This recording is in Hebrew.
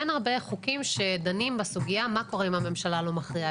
אין הרבה חוקים שדנים בסוגיה מה קורה אם הממשלה לא מכריעה?